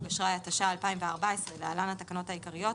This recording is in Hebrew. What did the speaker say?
אשראי התשע"ד-2014 (להלן התקנות העיקריות),